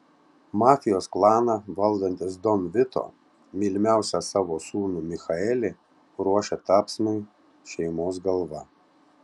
mafijos klaną valdantis don vito mylimiausią savo sūnų michaelį ruošia tapsmui šeimos galva